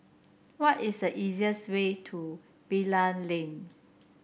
what is the easiest way to Bilal Lane